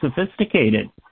sophisticated